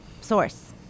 source